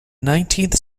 nineteenth